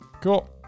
Cool